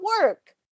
work